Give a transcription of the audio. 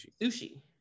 Sushi